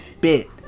bit